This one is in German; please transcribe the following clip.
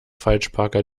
falschparker